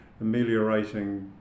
ameliorating